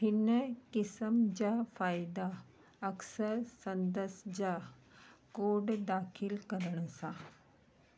हिन किस्मु जा फ़ाइदा अक्सरु सघजनि था कोड दाख़िलु करण सां